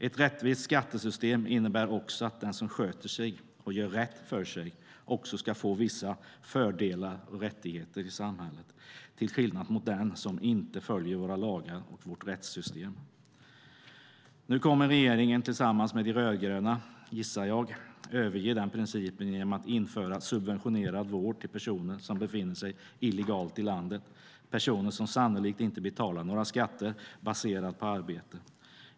Ett rättvist skattesystem innebär också att den som sköter sig och gör rätt för sig ska få vissa fördelar och rättigheter i samhället, till skillnad mot den som inte följer våra lagar och vårt rättssystem. Nu kommer regeringen tillsammans med de rödgröna, gissar jag, att överge den principen genom att införa subventionerad vård till personer som befinner sig illegalt i landet, personer som sannolikt inte betalar några skatter baserade på arbete.